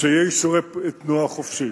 שיהיו אישורי תנועה חופשית.